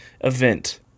event